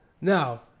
Now